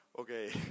Okay